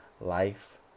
life